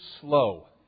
slow